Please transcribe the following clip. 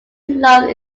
loves